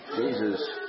Jesus